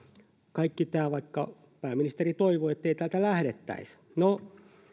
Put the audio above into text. kaikki tämä vaikka pääministeri toivoi ettei täältä lähdettäisi no